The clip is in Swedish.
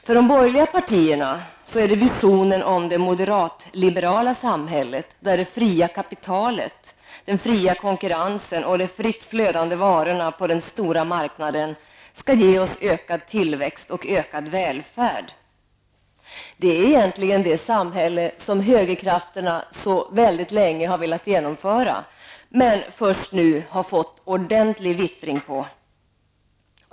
För de borgerliga partierna är det visionen om det moderat-liberala samhället där det fria kapitalet, den fria konkurrensen och de fritt flödande varorna på den stora marknaden skall ge oss ökad tillväxt och ökad välfärd. Det är egentligen det samhälle som högerkrafterna så länge har velat genomföra men som de först nu har fått ordentlig ''vittring'' på.